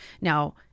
Now